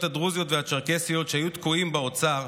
הדרוזיות והצ'רקסיות שהיו תקועים באוצר,